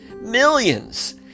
millions